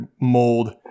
mold